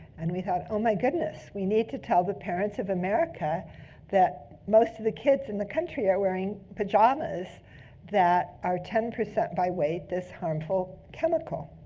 and we thought, oh my goodness. we need to tell the parents of america that most of the kids in the country are wearing pajamas that are ten percent by weight this harmful chemical.